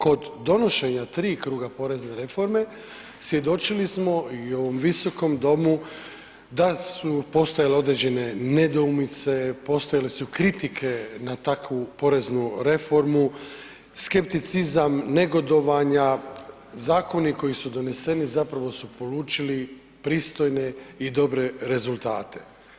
Kod donošenja 3 kruga porezne reforme svjedočili smo i u ovom visokom domu da su postojale određene nedoumice, postojale su kritike na takvu poreznu reformu, skepticizam, negodovanja, zakoni koji su doneseni zapravo su polučili pristojne i dobre rezultate.